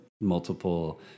multiple